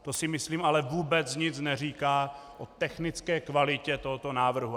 To si myslím ale vůbec nic neříká o technické kvalitě tohoto návrhu.